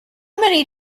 many